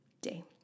day